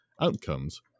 Outcomes